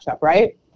right